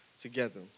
together